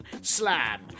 Slam